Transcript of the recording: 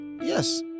Yes